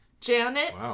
Janet